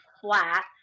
flat